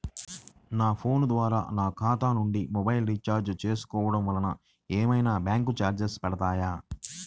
నా ఫోన్ ద్వారా నా ఖాతా నుండి మొబైల్ రీఛార్జ్ చేసుకోవటం వలన ఏమైనా బ్యాంకు చార్జెస్ పడతాయా?